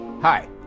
Hi